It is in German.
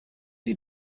sie